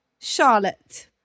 Charlotte